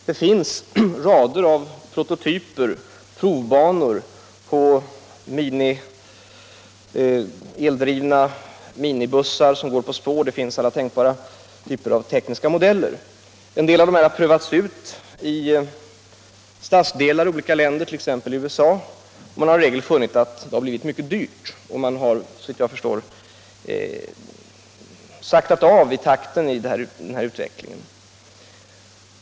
Det finns rader av prototyper och provbanor för t.ex. datorstyrda eldrivna minibussar som går på luftspår, och det finns alla tänkbara typer av tekniska modeller. En del av prototyperna har provats ut i stadsdelar i olika länder, t.ex. i USA, och man har i regel funnit att det blivit mycket dyrt. Såvitt jag förstår har man därför saktat av takten i utvecklingsarbetet.